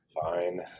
Fine